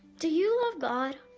do you love god?